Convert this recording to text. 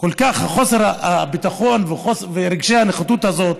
כל כך את חוסר הביטחון ורגשי הנחיתות האלה.